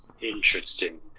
Interesting